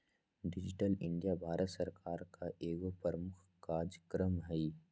digital India Bharat सरकार का एगो प्रमुख काजक्रम हइ